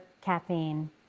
caffeine